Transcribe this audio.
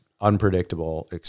unpredictable